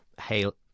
hail